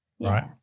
right